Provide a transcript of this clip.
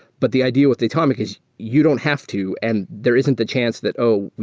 but the idea with datomic is you don't have to, and there isn't the chance that, oh,